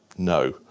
No